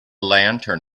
lantern